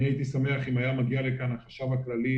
הייתי שמח אם היה מגיע לכאן החשב הכללי,